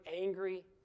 angry